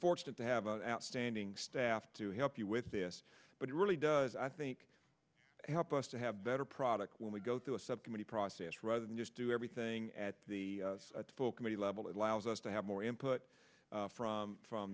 fortunate to have an outstanding staff to help you with this but it really does i think help us to have better product when we go through a subcommittee process rather than just do everything at the full committee level that allows us to have more input from from